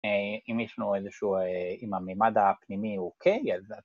‫אם ישנו איזשהו... ‫אם המימד הפנימי אוקיי, אז...